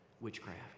Witchcraft